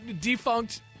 defunct